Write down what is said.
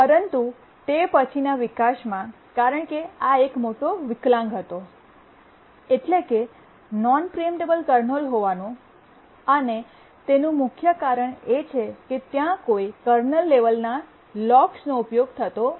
પરંતુ તે પછીના વિકાસમાં કારણ કે આ એક મોટો વિકલાંગ હતો એટલે કે નોન પ્રીએમ્પટેબલ કર્નલ હોવાનું અને તેનું મુખ્ય કારણ એ છે કે ત્યાં કોઈ કર્નલ લેવલના લોકસનો ઉપયોગ થતો નથી